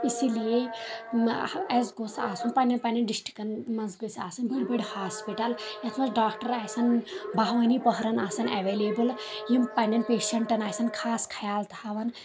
اسی لیے اسہِ گوٚس آسُن پنٕنٮ۪ن پنٕنٮ۪ن ڈسٹرکن منٛز گٔژھ آسٕنۍ بٔڑۍ بٔڑۍ ہاسپٹل یتھ منٛز ڈاکٹر آسَن بہہ ؤنی پٔہرن آسن اٮ۪ویلیبٕل یِم پنٕنٮ۪ن پیشنٹن آسَن خاص خیال تھاوان